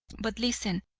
but listen,